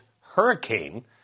hurricane